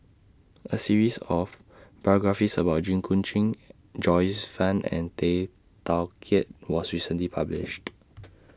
A series of biographies about Jit Koon Ch'ng Joyce fan and Tay Teow Kiat was recently published